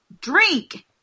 Drink